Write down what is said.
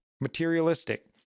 materialistic